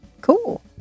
Cool